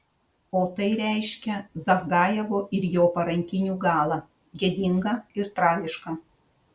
o tai reiškia zavgajevo ir jo parankinių galą gėdingą ir tragišką